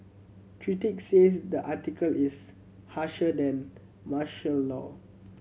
critics says the article is harsher than martial law